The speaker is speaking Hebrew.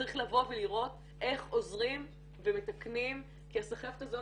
צריך לבוא ולראות איך עוזרים ומתקנים כי הסחבת הזאת,